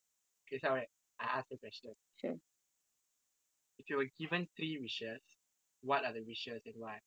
okay I ask you question if you were given three wishes what are the wishes and why